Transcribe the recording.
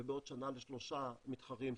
ובעוד שנה לשלושה מתחרים,